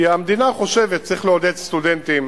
כי המדינה חושבת שצריך לעודד סטודנטים